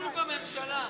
בלבול בממשלה.